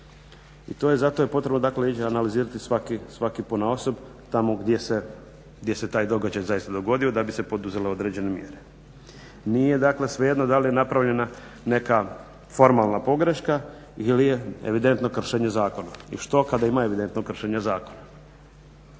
I to je zato je potrebno analizirati svaki ponaosob tamo gdje se taj događaj zaista dogodio da bi se poduzele određene mjere. Nije dakle svejedno da li je napravljena neka formalna pogreška ili je evidentno kršenje zakona. I što kada ima evidentno kršenje zakona?